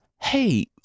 Hey